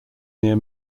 near